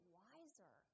wiser